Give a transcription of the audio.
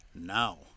now